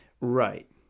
Right